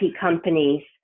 companies